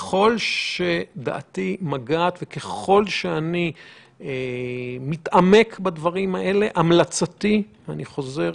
אני מזכיר עמדה עקרונית שהייתה עד לא מזמן